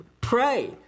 pray